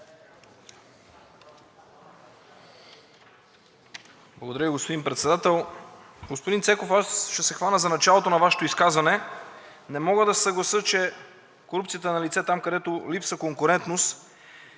Благодаря, господин Председател. Господин Цеков, аз ще се хвана за началото на Вашето изказване. Не мога да се съглася, че корупцията е налице там, където липсва конкурентност.